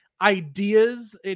ideas